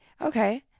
okay